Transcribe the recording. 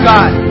God